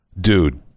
dude